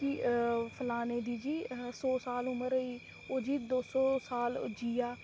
कि फलाने दी जी सौ साल उमर होई ओह् जी दो सौ साल जि'यां